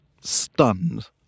stunned